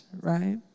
right